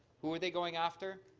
who are they going after?